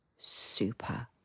super